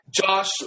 Josh